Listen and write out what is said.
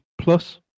Plus